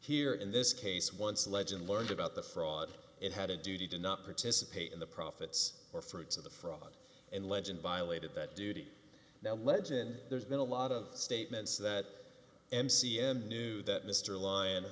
here in this case once the legend learned about the fraud it had a duty to not participate in the profits or fruits of the fraud and legend violated that duty now legend there's been a lot of statements that m c n knew that mr l